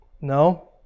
No